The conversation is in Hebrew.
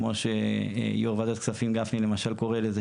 כמו שיו"ר ועדת הכספים גפני קורא לזה,